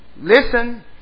listen